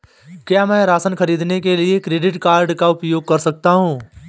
क्या मैं राशन खरीदने के लिए क्रेडिट कार्ड का उपयोग कर सकता हूँ?